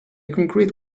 concrete